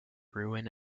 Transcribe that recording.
ruin